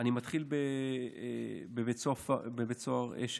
אני מתחיל בבית סוהר אשל,